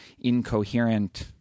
incoherent